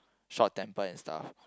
short temper and stuff